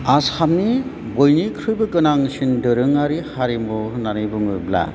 आसामनि बयनिख्रुइबो गोनांसिन दोरोङारि हारिमु होन्नानै बुङोब्ला